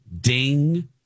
Ding